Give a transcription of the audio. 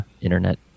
Internet